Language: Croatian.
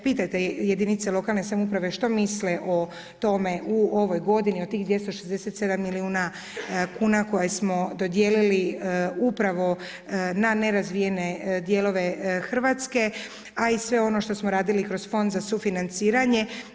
Pitajte jedinice lokalne samouprave što misle o tome u ovoj godini od tih 267 milijuna kuna koje smo dodijelili upravo na nerazvijene dijelove Hrvatske a i sve ono što smo radili kroz Fond za sufinanciranje.